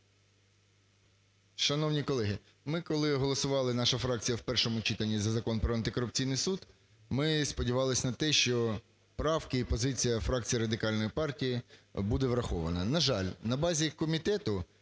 Шановні колеги, ми коли голосували, наша фракція, в першому читанні за Закон про антикорупційний суд, ми сподівалися на те, що правки і позиція фракції Радикальної партії буде врахована. На жаль, на базі комітету